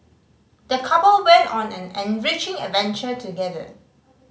the couple went on an enriching adventure together